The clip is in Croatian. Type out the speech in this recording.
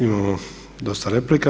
Imamo dosta replika.